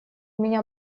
меня